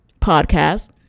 podcast